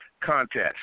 contest